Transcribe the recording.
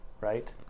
right